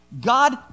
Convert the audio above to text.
God